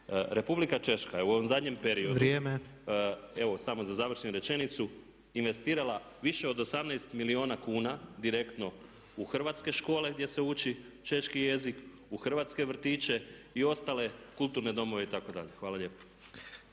Republika Češka je u ovom zadnjem periodu … …/Upadica Tepeš: Vrijeme./… Evo samo da završim rečenicu. Investirala više od 18 milijuna kuna direktno u hrvatske škole gdje se uči češki jezik, u hrvatske vrtiće i ostale kulturne domove itd. Hvala lijepo.